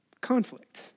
Conflict